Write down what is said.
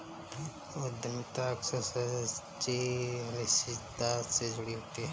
उद्यमिता अक्सर सच्ची अनिश्चितता से जुड़ी होती है